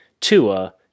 Tua